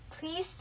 Please